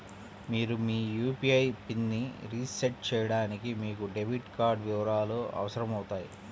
మీరు మీ యూ.పీ.ఐ పిన్ని రీసెట్ చేయడానికి మీకు డెబిట్ కార్డ్ వివరాలు అవసరమవుతాయి